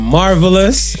marvelous